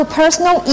personal